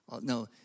No